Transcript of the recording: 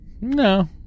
No